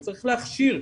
וצריך להכשיר,